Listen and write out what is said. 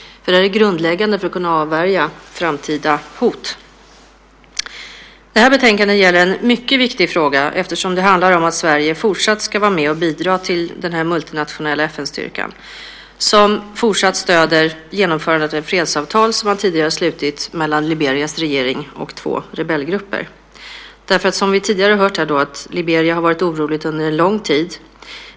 Det är grundläggande för att kunna avvärja framtida hot. Detta betänkande gäller en mycket viktig fråga, nämligen att Sverige fortsatt ska vara med och bidra till den multinationella FN-styrka som fortsatt stöder genomförandet av det fredsavtal som tidigare slutits mellan Liberias regering och två rebellgrupper. Som vi tidigare har hört har Liberia varit oroligt under lång tid.